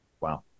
Wow